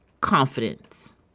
Confidence